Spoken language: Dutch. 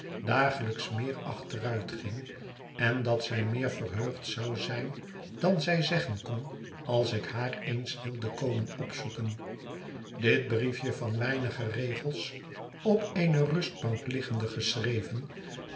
dagelijks meer achteruitging en dat zij meer verheugd zou zijn dan zij zeggen kon als ik haar eens wilde komen opzoeken dit briefje van weinige regels op eene rustbank liggende geschreven